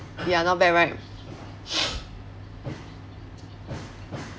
ya not bad right